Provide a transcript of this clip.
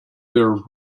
their